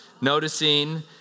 Noticing